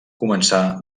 començà